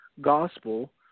gospel